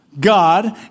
God